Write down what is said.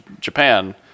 Japan